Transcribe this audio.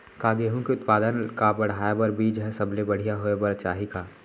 का गेहूँ के उत्पादन का बढ़ाये बर बीज ह सबले बढ़िया होय बर चाही का?